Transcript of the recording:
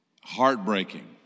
Heartbreaking